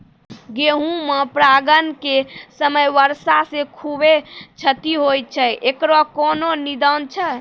गेहूँ मे परागण के समय वर्षा से खुबे क्षति होय छैय इकरो कोनो निदान छै?